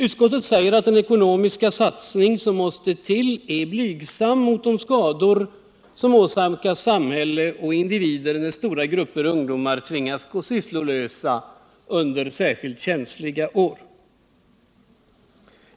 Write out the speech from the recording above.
Utskottet säger att den ekonomiska satsning som måste till är blygsam mot de skador som åsamkas samhälle och individer när stora grupper av ungdomar tvingas gå sysslolösa under särskilt känsliga år.